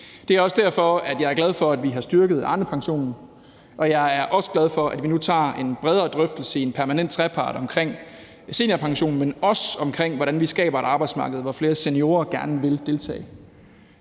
Det er også derfor, jeg er glad for, at vi har styrket Arnepensionen, og jeg er også glad for, at vi nu tager en bredere drøftelse i en permanent trepartsinstitution omkring seniorpensionen, men også omkring, hvordan vi skaber et arbejdsmarked, hvor flere seniorer gerne vil deltage.